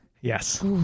Yes